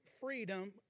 freedom